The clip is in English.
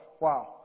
Wow